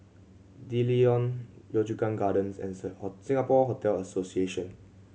D'Leedon Yio Chu Kang Gardens and Saint Singapore Hotel Association